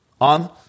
on